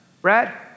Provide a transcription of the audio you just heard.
Brad